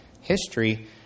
history